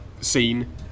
scene